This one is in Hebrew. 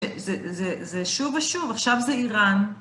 זה שוב ושוב, עכשיו זה איראן.